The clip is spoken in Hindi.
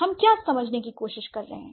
हम क्या समझने की कोशिश कर रहे हैं